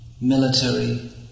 military